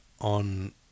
on